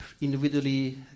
individually